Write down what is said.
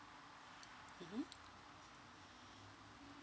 mmhmm